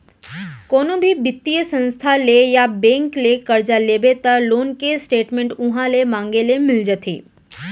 कोनो भी बित्तीय संस्था ले या बेंक ले करजा लेबे त लोन के स्टेट मेंट उहॉं ले मांगे ले मिल जाथे